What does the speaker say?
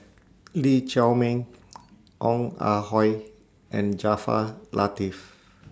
Lee Chiaw Meng Ong Ah Hoi and Jaafar Latiff